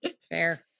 fair